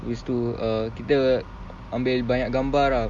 habis tu uh kita ambil banyak gambar ah